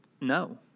no